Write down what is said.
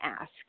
ask